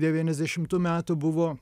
devyniasdešimtų metų buvo